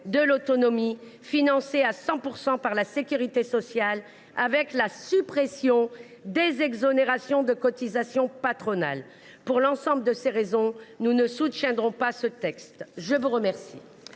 de l’autonomie, financé à 100 % par la sécurité sociale, et à supprimer les exonérations de cotisations patronales. Pour l’ensemble de ces raisons, nous ne soutiendrons pas ce texte. La parole